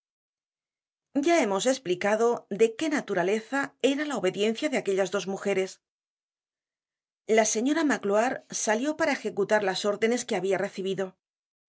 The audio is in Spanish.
ya hemos esplicado de qué naturaleza era la obediencia de aquellas dos mujeres la señora magloire salió para ejecutar las órdenes que habia recibido